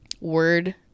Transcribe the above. word